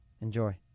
enjoy